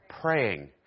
praying